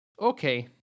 Okay